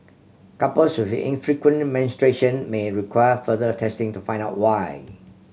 couples with infrequent menstruation may require further testing to find out why